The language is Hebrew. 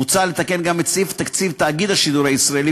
מוצע לתקן גם את סעיף תקציב תאגיד השידור הישראלי